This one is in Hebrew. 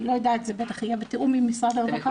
זה בטח יהיה בתיאום עם משרד הרווחה --- אתם